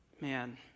Man